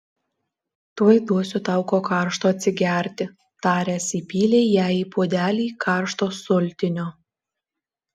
tuoj duosiu tau ko karšto atsigerti taręs įpylė jai į puodelį karšto sultinio